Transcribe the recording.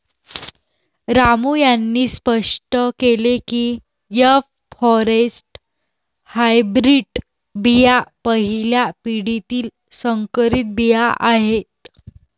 रामू यांनी स्पष्ट केले की एफ फॉरेस्ट हायब्रीड बिया पहिल्या पिढीतील संकरित बिया आहेत